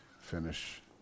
finish